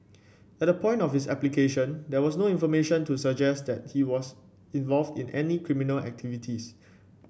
at the point of his application there was no information to suggest that he was involved in any criminal activities